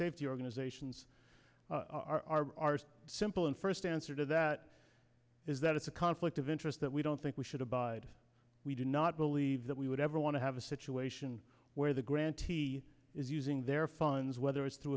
safety organizations are simple and first answer to that is that it's a conflict of interest that we don't think we should abide we do not believe that we would ever want to have a situation where the grantee is using their funds whether it's through